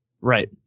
Right